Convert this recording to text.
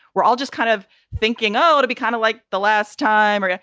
we're all just kind of thinking, oh, to be kind of like the last time or. yeah